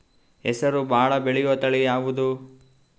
ಹೆಸರು ಭಾಳ ಬೆಳೆಯುವತಳಿ ಯಾವದು?